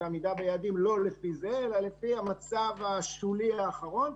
העמידה ביעדים לא לפי זה אלא לפי המצב השולי האחרון.